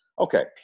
okay